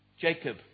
Jacob